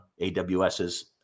AWS's